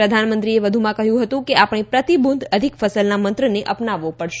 પ્રધાનમંત્રીએ વધુમાં કહ્યું કે આપણે પ્રતિ બુંદ અધિક ફસલ ના મંત્રને અપનાવવો પડશે